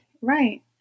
Right